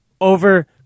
over